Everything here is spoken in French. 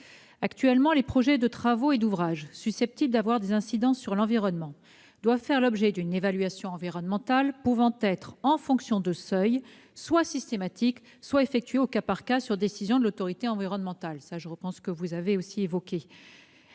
Actuellement, les projets de travaux et d'ouvrages susceptibles d'avoir des incidences sur l'environnement doivent faire l'objet d'une évaluation environnementale pouvant être, en fonction de seuils, soit systématique, soit effectuée au cas par cas, sur décision de l'autorité environnementale,